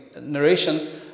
Narrations